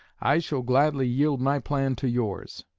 i shall gladly yield my plan to yours